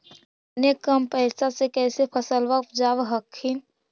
अपने कम पैसा से कैसे फसलबा उपजाब हखिन?